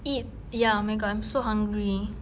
eat ya oh my god I'm so hungry